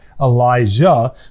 Elijah